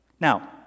Now